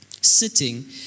sitting